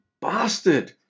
bastard